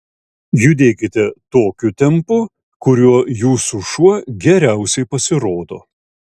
judėkite tokiu tempu kuriuo jūsų šuo geriausiai pasirodo